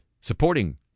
supporting